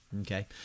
okay